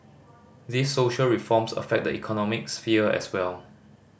these social reforms affect the economic sphere as well